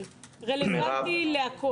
אבל רלוונטי להכול.